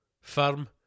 Firm